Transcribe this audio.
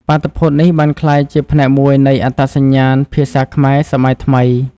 បាតុភូតនេះបានក្លាយជាផ្នែកមួយនៃអត្តសញ្ញាណភាសាខ្មែរសម័យថ្មី។